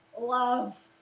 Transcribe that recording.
love.